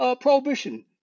Prohibition